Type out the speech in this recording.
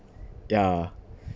yeah